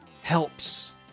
helps